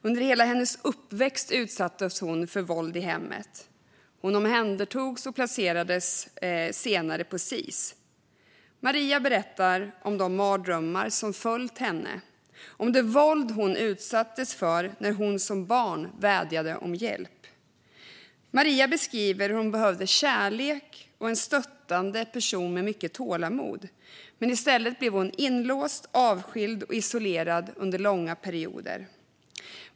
Under hela hennes uppväxt utsattes hon för våld i hemmet. Hon omhändertogs och placerades senare på ett av Sis ungdomshem. Maria berättade om de mardrömmar som följt henne och om det våld hon utsattes för när hon som barn vädjade om hjälp. Maria beskriver hur hon behövde kärlek och en stöttande person med mycket tålamod. I stället blev hon inlåst, avskild och isolerad under långa perioder.